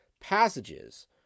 passages